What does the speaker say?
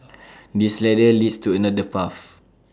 this ladder leads to another path